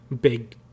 big